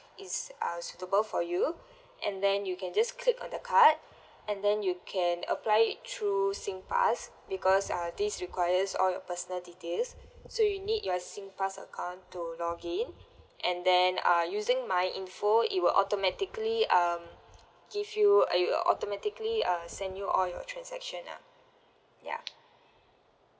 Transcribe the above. is uh suitable for you and then you can just click on the card and then you can apply it through singpass because uh this requires all your personal details so you need your Singpass account to log in and then uh using my info it will automatically um give you uh it'll automatically uh send you all your transaction ah ya